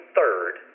third